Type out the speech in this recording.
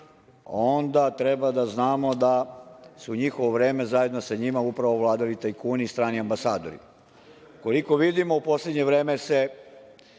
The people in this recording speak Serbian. onda treba da znamo da su u njihovo vreme zajedno sa njima upravo vladali tajkuni i strani ambasadori. Koliko vidimo, u poslednje vreme se